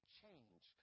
change